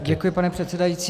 Děkuji, pane předsedající.